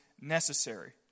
necessary